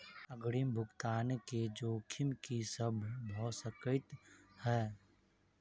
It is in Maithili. अग्रिम भुगतान केँ जोखिम की सब भऽ सकै हय?